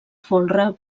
folre